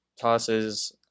tosses